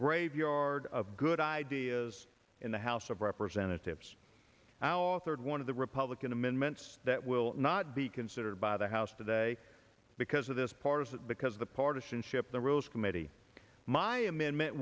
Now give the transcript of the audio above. graveyard of good ideas in the house of representatives our third one of the republican amendments that will not be considered by the house today because of this partisan because the partition ship the rules committee my amendment